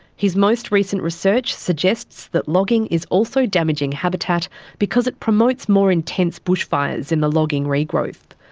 his most recent research suggests that logging is also damaging habitat because it promotes more intense bushfires in the logging regrowth.